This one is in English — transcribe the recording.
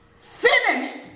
finished